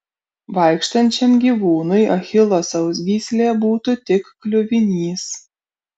vaikštančiam gyvūnui achilo sausgyslė būtų tik kliuvinys